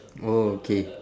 oh okay